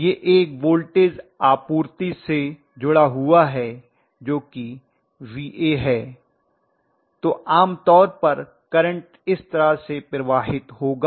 यह एक वोल्टेज आपूर्ति से जुड़ा हुआ है जो कि Va है तो आमतौर पर करंट इस तरह प्रवाहित होगा